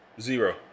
Zero